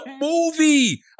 movie